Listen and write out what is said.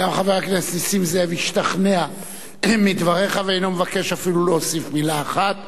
גם חבר הכנסת נסים זאב השתכנע מדבריך ואינו מבקש אפילו להוסיף מלה אחת.